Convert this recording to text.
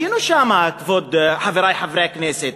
היינו שם, כבוד חברי חברי הכנסת.